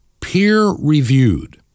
peer-reviewed